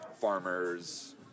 farmers